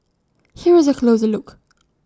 here is A closer look